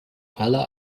aller